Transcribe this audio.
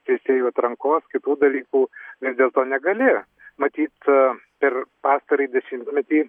teisėjų atrankos kitų dalykų vis dėlto negali matyt ir pastarąjį dešimtmetį